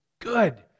good